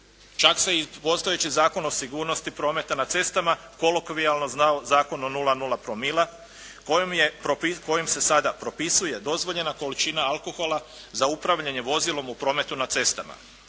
Čak se i postojeći Zakon o sigurnosti prometa na cestama kolokvijalno znao zakon o 0,0 promila, kojim se sada propisuje dozvoljena količina alkohola za upravljanje vozilom o prometu na cestama.